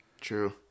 True